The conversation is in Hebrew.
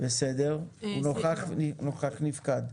הוא נוכח-נפקד.